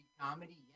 comedy